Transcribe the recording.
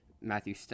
Matthew